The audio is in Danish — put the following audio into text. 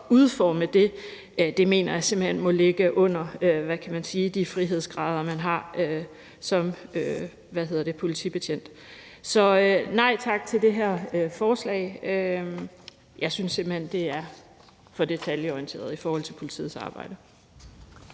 udforme det, mener jeg simpelt hen må ligge under, hvad kan man sige, de frihedsgrader, man har som politibetjent. Vi siger nej tak til det her forslag. Jeg synes simpelt hen, det er for detaljeorienteret i forhold til politiets arbejde.